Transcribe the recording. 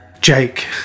Jake